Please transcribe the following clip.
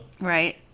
Right